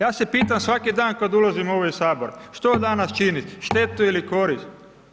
Ja se pitam svaki dan kad ulazim u ovaj sabor, što danas činim štetu ili korist?